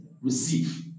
receive